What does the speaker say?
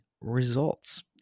results